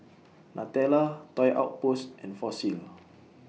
Nutella Toy Outpost and Fossil